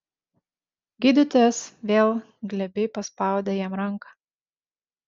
gydytojas vėl glebiai paspaudė jam ranką